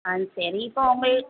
ஆ சரி இப்போது உங்கள்